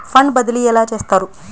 Fund బదిలీ ఎలా చేస్తారు?